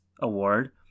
award